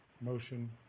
motion